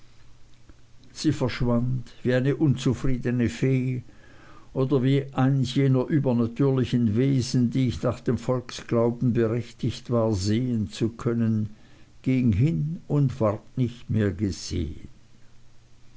sie verschwand wie eine unzufriedene fee oder wie eins jener übernatürlichen wesen die ich nach dem volksglauben berechtigt war sehen zu können ging hin und ward nicht mehr gesehen